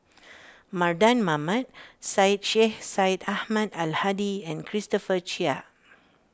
Mardan Mamat Syed Sheikh Syed Ahmad Al Hadi and Christopher Chia